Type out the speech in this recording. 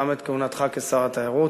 גם את כהונתך כשר התיירות,